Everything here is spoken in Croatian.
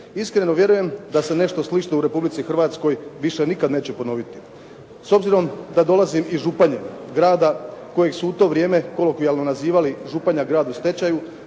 Iskreno vjerujem da se nešto slično u Republici Hrvatskoj više nikad neće ponoviti. S obzirom da dolazim iz Županje, grada kojeg su u to vrijeme kolokvijalno nazivali Županja grad u stečaju